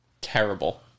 terrible